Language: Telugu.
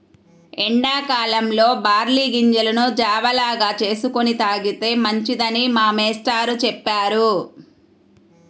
ఎండా కాలంలో బార్లీ గింజలను జావ లాగా చేసుకొని తాగితే మంచిదని మా మేష్టారు చెప్పారు